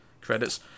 credits